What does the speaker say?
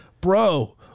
bro